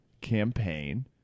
campaign